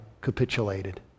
capitulated